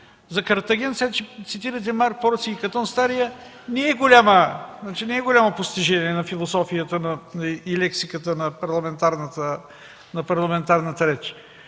за Картаген, това че цитирате Марк Порций Катон Стари не е голямо постижение на философията и на лексиката на парламентарната реч.